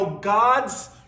God's